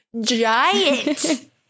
giant